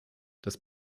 das